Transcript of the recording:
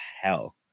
hell